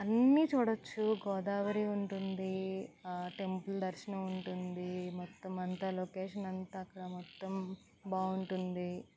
అన్నీ చూడవచ్చు గోదావరి ఉంటుంది ఆ టెంపుల్ దర్శనం ఉంటుంది మొత్తం అంతా లొకేషన్ అంతా అక్కడ మొత్తం బాగుంటుంది